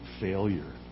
failure